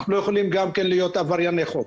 אנחנו לא יכולים להיות עברייני חוק.